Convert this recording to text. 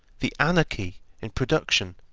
the anarchy in production,